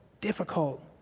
difficult